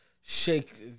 shake